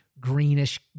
greenish